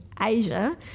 Asia